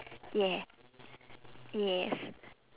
yes yes